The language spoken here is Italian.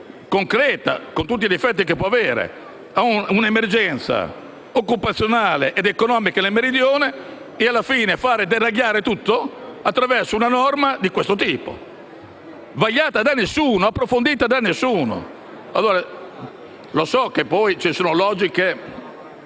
concreta, con tutti gli effetti che può avere, ad un'emergenza occupazionale ed economica nel Meridione, e alla fine far deragliare tutto a causa di una norma di questo tipo, che non è stata vagliata e approfondita da nessuno. Lo so che poi ci sono logiche